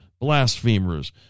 blasphemers